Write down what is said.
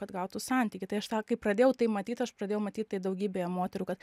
kad gautų santykį tai aš tą kai pradėjau tai matyt aš pradėjau matyt tai daugybėje moterų kad